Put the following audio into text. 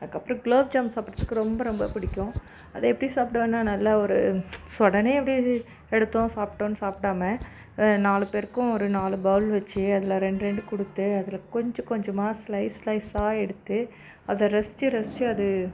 அதுக்கப்புறம் குலோப்ஜாமுன் சாப்பிடுறதுக்கு ரொம்ப ரொம்ப பிடிக்கும் அதை எப்படி சாப்பிடுவேன்னா நல்லா ஒரு உடனே அப்படியே எடுத்தோம் சாப்பிட்டோம்னு சாப்பிடாம நாலு பேருக்கும் ஒரு நாலு பவுல் வச்சு அதில் ரெண்டு ரெண்டு கொடுத்து அதில் கொஞ்ச கொஞ்சமாக ஸ்லைஸ் ஸ்லைஸ்ஸாக எடுத்து அதை ரசிச்சு ரசிச்சு அது